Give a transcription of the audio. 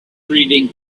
reading